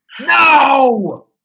No